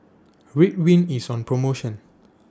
Ridwind IS on promotion